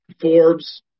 Forbes